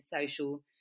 social